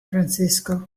francisco